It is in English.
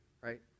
right